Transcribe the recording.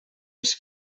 els